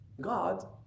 God